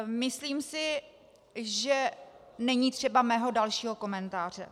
Myslím si, že není třeba mého dalšího komentáře.